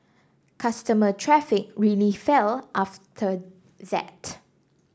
customer traffic really fell after that